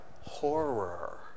horror